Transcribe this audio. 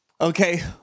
Okay